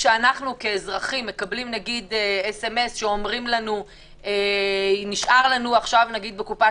כשאנחנו כאזרחים מקבלים SMS שנשארו חיסונים בקופה